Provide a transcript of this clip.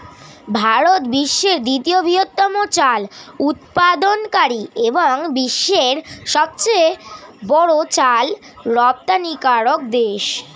ভারত বিশ্বের দ্বিতীয় বৃহত্তম চাল উৎপাদনকারী এবং বিশ্বের সবচেয়ে বড় চাল রপ্তানিকারক দেশ